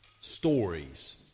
Stories